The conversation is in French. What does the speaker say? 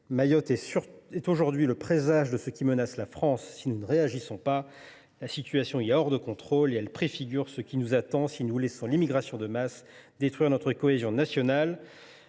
Mayotte est aujourd’hui le présage de ce qui menace la France si nous ne réagissons pas. La situation y est hors de contrôle, et elle préfigure ce qui nous attend si nous laissons l’immigration de masse détruire notre cohésion nationale.